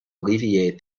alleviate